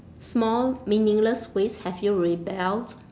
small meaningless ways have you rebelled